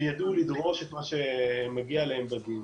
שידעו לדרוש את מה שמגיע להם בדין.